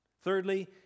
Thirdly